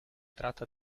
tratta